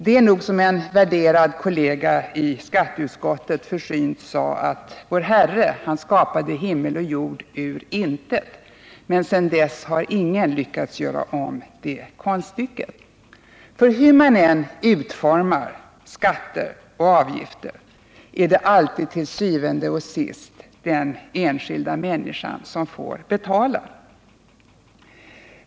Det är nog som en värderad kollega i skatteutskottet försynt sade, att vår Herre skapade himmel och jord ur intet, men sedan dess har ingen lyckats göra om det konststycket. Hur man än utformar skatter och avgifter, är det alltid til syvende og sidst den enskilda människan som får betala.